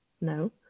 no